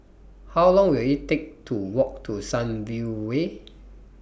How Long Will IT Take to Walk to Sunview Way